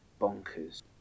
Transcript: bonkers